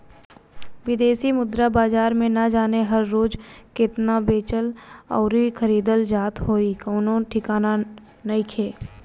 बिदेशी मुद्रा बाजार में ना जाने हर रोज़ केतना बेचल अउरी खरीदल जात होइ कवनो ठिकाना नइखे